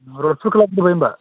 सुरु खालामबाय होनबा